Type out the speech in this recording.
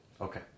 Okay